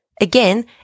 Again